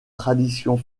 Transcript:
traditions